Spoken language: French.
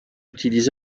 utilisé